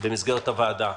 במסגרת הוועדה,